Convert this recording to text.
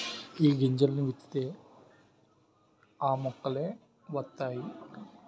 ఏ గింజల్ని విత్తితే ఆ మొక్కలే వతైయి